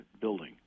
building